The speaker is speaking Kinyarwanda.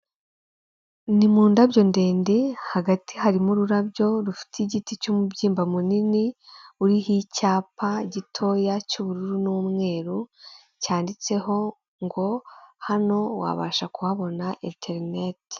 Ni mu ndabyo ndende hagati harimo ururabyo rufite igiti cy'umubyimba munini uriho icyapa gitoya cy'ubururu n'umweru, cyanditseho ngo hano wabasha kuhabona interineti.